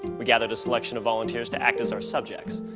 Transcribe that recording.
we gathered a selection of volunteers to act as our subjects.